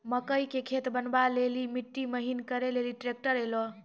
मकई के खेत बनवा ले ली मिट्टी महीन करे ले ली ट्रैक्टर ऐलो?